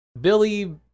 Billy